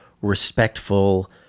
respectful